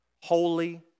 holy